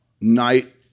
night